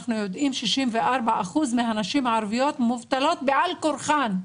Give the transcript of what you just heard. אנחנו יודעים ש-64% מהנשים הערביות מובטלות בעל כורחן,